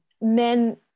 men